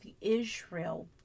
Israel